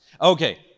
Okay